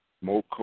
more